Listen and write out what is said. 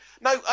no